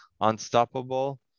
unstoppable